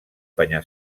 penya